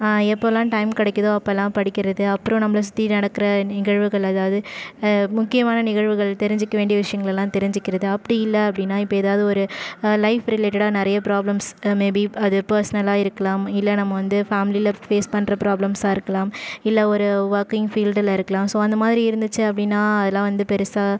எப்போலாம் டைம் கிடைக்கிதோ அப்போலாம் படிக்கிறது அப்புறம் நம்மளை சுற்றி நடக்கிற நிகழ்வுகள் அதாவது முக்கியமான நிகழ்வுகள் தெரிஞ்சிக்க வேண்டிய விஷயங்கள் எல்லாம் தெரிஞ்சிக்கிறது அப்படி இல்லை அப்படினா இப்போ ஏதாவது ஒரு லைஃப் ரிலேட்டடாக நிறைய ப்ராப்ளம்ஸ் மே பி அது பர்ஸ்னலாக இருக்கலாம் இல்லை நம்ம வந்து ஃபேமிலியில் ஃபேஸ் பண்ணுற ப்ராப்ளம்ஸாக இருக்கலாம் இல்லை ஒரு ஒர்க்கிங் ஃபீல்டில் இருக்கலாம் ஸோ அந்தமாதிரி இருந்துச்சு அப்படினா அதெல்லாம் வந்து பெருசாக